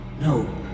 No